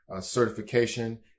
certification